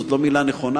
זו לא מלה נכונה,